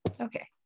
Okay